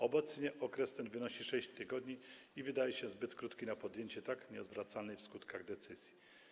Obecnie okres ten wynosi 6 tygodni i wydaje się zbyt krótki na podjęcie tak nieodwracalnej w skutkach decyzji.